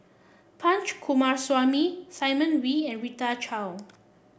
Punch Coomaraswamy Simon Wee and Rita Chao